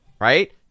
right